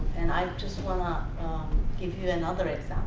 and i just want to give you another